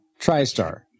TriStar